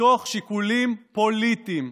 מתוך שיקולים פוליטיים.